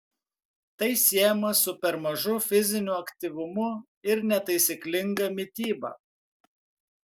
tai siejama su per mažu fiziniu aktyvumu ir netaisyklinga mityba